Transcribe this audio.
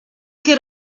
could